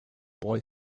boy